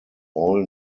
all